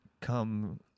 come